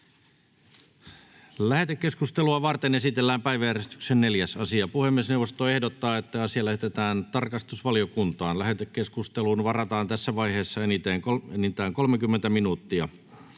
Lähetekeskustelua varten esitellään päiväjärjestyksen 3. asia. Puhemiesneuvosto ehdottaa, että asia lähetetään talousvaliokuntaan. Lähetekeskusteluun varataan tässä vaiheessa enintään 45 minuuttia.